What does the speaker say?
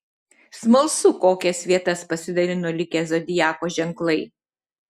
smalsu kokias vietas pasidalino likę zodiako ženklai